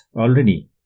already